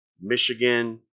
Michigan